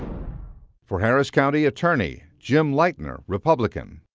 for harris county attorney, jim leitner, republican.